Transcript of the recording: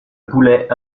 boulet